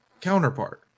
counterpart